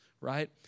right